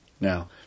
now